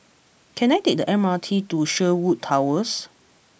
can I take the M R T to Sherwood Towers